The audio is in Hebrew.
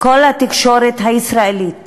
כל התקשורת הישראלית